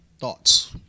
thoughts